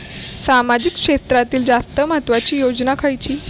सामाजिक क्षेत्रांतील जास्त महत्त्वाची योजना खयची?